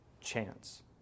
chance